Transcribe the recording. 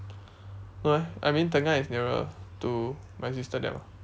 no eh I mean tengah is nearer to my sister there lor